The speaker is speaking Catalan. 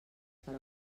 per